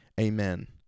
amen